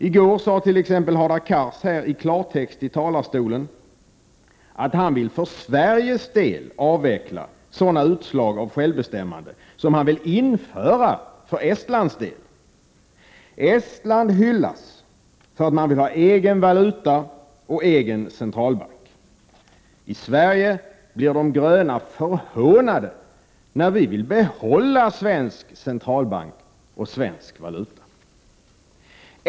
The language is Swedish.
I går sade t.ex. Hadar Cars här i klartext i talarstolen att han för Sveriges del vill avveckla sådana utslag av självbestämmande som man vill införa för Estlands del. Estland hyllas för att det vill ha egen valuta och egen centralbank. I Sverige blir de gröna förhånade när vi vill behålla en svensk centralbank och svensk valuta.